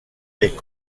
est